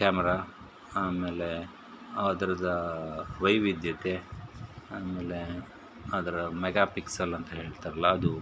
camera ಆಮೇಲೆ ಅದ್ರದ್ದು ವೈವಿಧ್ಯತೆ ಆಮೇಲೆ ಅದರ ಮೆಗಾ ಪಿಕ್ಸಲ್ ಅಂತ ಹೇಳ್ತಾರಲ್ಲ ಅದು